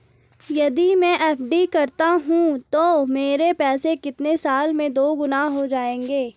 यदि मैं एफ.डी करता हूँ तो मेरे पैसे कितने साल में दोगुना हो जाएँगे?